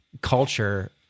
culture